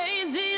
crazy